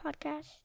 podcast